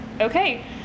Okay